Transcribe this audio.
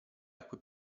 acque